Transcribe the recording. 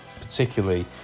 particularly